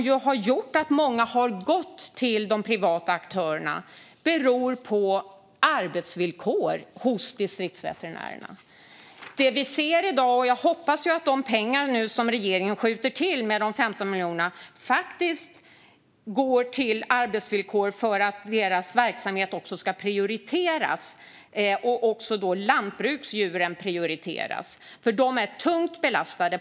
Men faktum är ju att många har gått till de privata aktörerna på grund av arbetsvillkoren hos distriktsveterinärerna. Jag hoppas att de 15 miljoner regeringen nu skjuter till faktiskt går till arbetsvillkor, så att distriktsveterinärernas verksamhet prioriteras - och så att lantbruksdjuren prioriteras. Distriktsveterinärerna är nämligen tungt belastade.